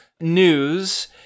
news